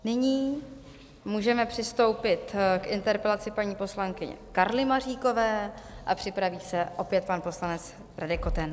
Nyní můžeme přistoupit k interpelaci paní poslankyně Karly Maříkové a připraví se opět pan poslanec Radek Koten.